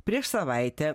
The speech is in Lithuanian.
prieš savaitę